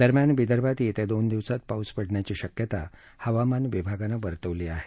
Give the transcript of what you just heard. दरम्यान विदर्भात येत्या दोन दिवसात पाऊस पडण्याची शक्यता हवामान विभागानं वर्तवली आहे